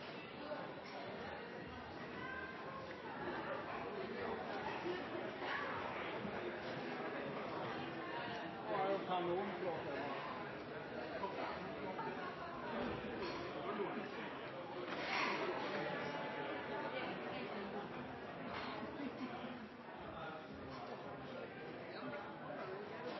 Jeg har også lyst til å ta